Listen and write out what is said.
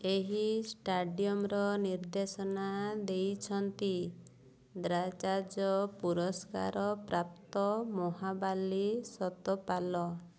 ଏହି ଷ୍ଟାଡ଼ିୟମର ନିର୍ଦ୍ଦେଶନା ଦେଇଛନ୍ତି ଦ୍ରୋଣାଚାର୍ଯ୍ୟ ପୁରସ୍କାର ପ୍ରାପ୍ତ ମହାବାଲି ସତପାଲ